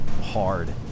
hard